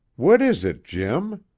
what is it, jim?